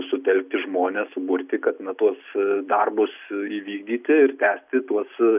sutelkti žmones suburti kad na tuos darbus įvykdyti ir tęsti tuos